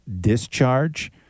Discharge